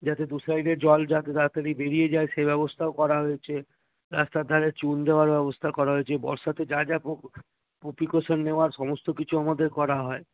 যাতে দু সাইডে জল যাতে তাড়াতাড়ি বেরিয়ে যায় সে ব্যবস্থাও করা হয়েছে রাস্তার ধারে চুন দেওয়ার ব্যবস্থা করা হয়েছে বর্ষাতে যা যা পো পো প্রিকোশন নেওয়ার সমস্ত কিছু আমাদের করা হয়